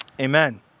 Amen